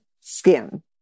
skin